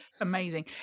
amazing